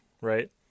right